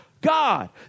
god